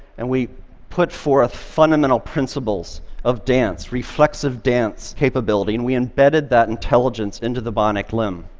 and we put forth fundamental principles of dance, reflexive dance capability, and we embedded that intelligence into the bionic limb.